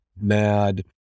mad